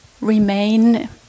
remain